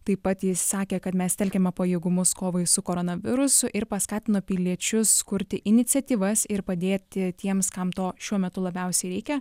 taip pat jis sakė kad mes telkiame pajėgumus kovai su koronavirusu ir paskatino piliečius kurti iniciatyvas ir padėti tiems kam to šiuo metu labiausiai reikia